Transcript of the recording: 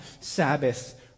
Sabbath